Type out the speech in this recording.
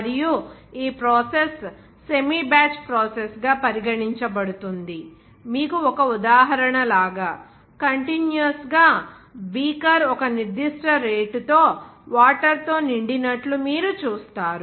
మరియు ఈ process semi batch process గా పరిగణించబడుతుంది మీకు ఒక ఉదాహరణ లాగా కంటిన్యూయస్ గా బీకర్ ఒక నిర్దిష్ట రేటుతో వాటర్ తో నిండినట్లు మీరు చూస్తారు